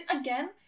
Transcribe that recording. Again